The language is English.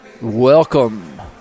Welcome